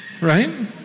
right